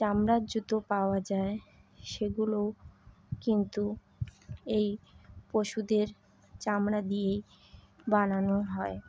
চামড়ার জুতো পাওয়া যায় সেগুলো কিন্তু এই পশুদের চামড়া দিয়েই বানানো হয়